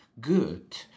good